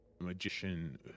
magician